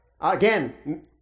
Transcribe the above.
Again